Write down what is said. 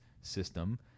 system